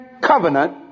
covenant